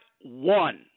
one